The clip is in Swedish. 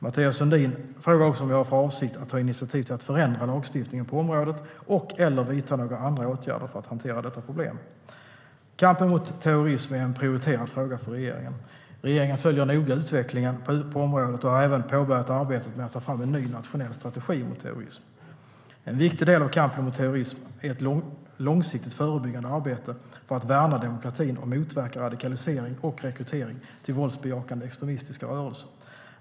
Mathias Sundin frågar också om jag har för avsikt att ta initiativ till att förändra lagstiftningen på området och/eller vidta några andra åtgärder för att hantera detta problem. Kampen mot terrorism är en prioriterad fråga för regeringen. Regeringen följer noga utvecklingen på området och har även påbörjat arbetet med att ta fram en ny nationell strategi mot terrorism. En viktig del av kampen mot terrorism är ett långsiktigt förebyggande arbete för att värna demokratin och motverka radikalisering och rekrytering till våldsbejakande extremistiska rörelser.